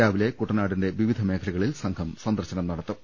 രാവിലെ കുട്ടനാടിന്റെ വിവിധ മേഖലകളിൽ സംഘം സന്ദർശനം നടത്തും